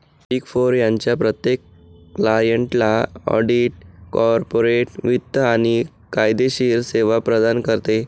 big four त्यांच्या प्रत्येक क्लायंटला ऑडिट, कॉर्पोरेट वित्त आणि कायदेशीर सेवा प्रदान करते